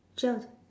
twelve